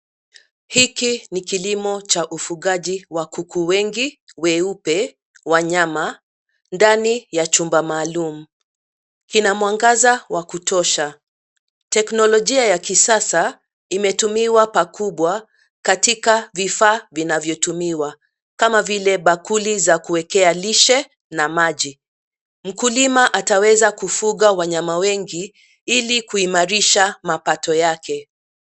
Hiki ni kilimo cha ufugaji wa kuku wengi weupe wa nyama, ndani ya chumba maalum. Kina mwangaza wa kutosha. Teknologia ya kisasa imetumiwa pakubwa katika vifaa vinavyotumiwa. Kama vile bakuli za kuekea lishe na maji. Mkulima ataweza kufuga wanyama wengi ili kuimalisha mapato yake.